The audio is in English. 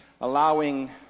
allowing